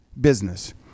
business